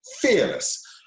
fearless